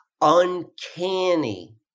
uncanny